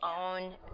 own